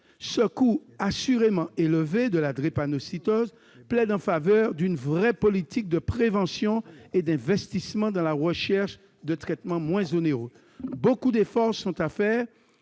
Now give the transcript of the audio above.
Ce coût, assurément élevé, plaide en faveur d'une vraie politique de prévention et d'investissements dans la recherche de traitements moins onéreux. Beaucoup d'efforts sont à faire